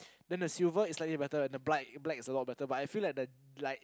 then the silver it's slightly better than the black black is a lot better but I feel like the like